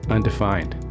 Undefined